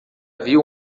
viu